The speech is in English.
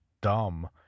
dumb